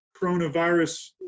coronavirus